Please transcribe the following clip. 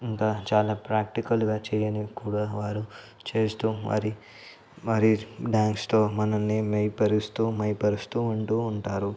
ఇంకా చాలా ప్రాక్టికల్గా చేయని కూడా వారు చేస్తూ మారి మరి డాన్స్తో మనలని మైమరపిస్తూ మైమరపిస్తూ ఉంటూ ఉంటారు